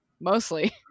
mostly